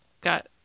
Got